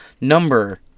number